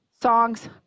Songs